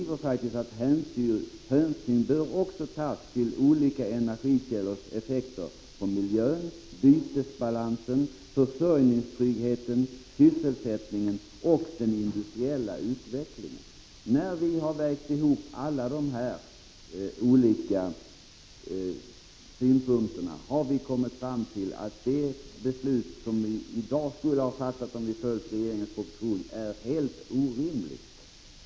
Det heter där: ”Hänsyn bör också tas till olika energikällors effekter på miljön, bytesbalansen, försörjningstryggheten, sysselsättningen och den industriella utvecklingen.” När vi har vägt ihop alla de här olika synpunkterna har vi kommit fram till att ett beslut enligt förslaget i regeringens proposition i dag skulle vara helt orimligt.